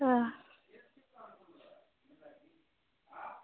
अच्छा